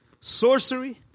sorcery